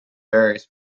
varies